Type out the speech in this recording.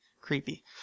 creepy